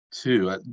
Two